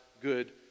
good